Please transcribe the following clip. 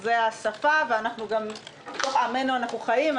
השפה, ובתוך עמנו אנו חיים.